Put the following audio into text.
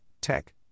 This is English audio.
tech